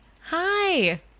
Hi